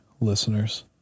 listeners